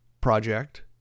project